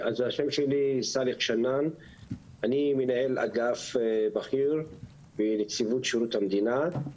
אני מנהל אגף בכיר בנציבות שירות המדינה.